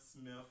Smith